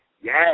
Yes